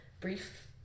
brief